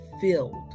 filled